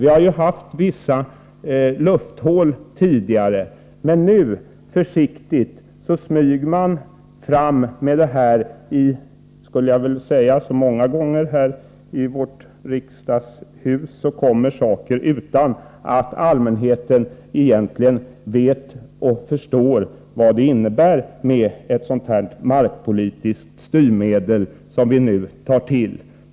Vi har tidigare haft vissa lufthål, men nu smyger man försiktigt fram med det här. Som många gånger här i riksdagen kommer den här saken utan att allmänheten egentligen vet och förstår vad ett sådant markpolitiskt styrmedel som vi nu tar till innebär.